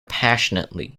passionately